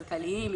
כלכליים,